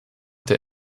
der